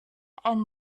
and